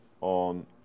on